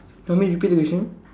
you want me repeat the question